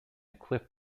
cliff